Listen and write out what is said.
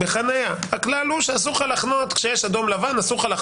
הכלל הוא שאסור לך לחנות כשיש אדום-לבן.